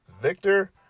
Victor